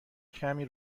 کمی